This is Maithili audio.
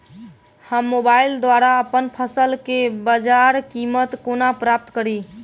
हम मोबाइल द्वारा अप्पन फसल केँ बजार कीमत कोना प्राप्त कड़ी?